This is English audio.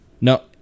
No